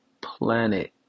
planet